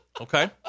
Okay